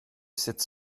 cette